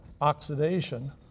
oxidation